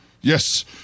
Yes